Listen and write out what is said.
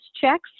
checks